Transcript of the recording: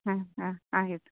ಹಾಂ ಹಾಂ ಆಗೈತೆ